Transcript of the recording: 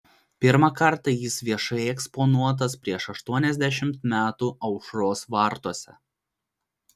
pirmą kartą jis viešai eksponuotas prieš aštuoniasdešimt metų aušros vartuose